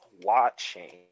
watching